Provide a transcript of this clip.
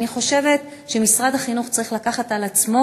אני חושבת שמשרד החינוך צריך לקחת על עצמו